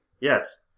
Yes